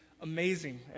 amazing